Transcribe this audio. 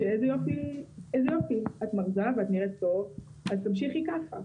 איזה יופי, את מרזה ואת נראית טוב, תמשיכי כך.